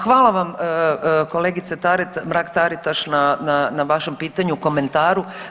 Hvala vam kolegice Mrak-Taritaš na vašem pitanju, komentaru.